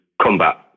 combat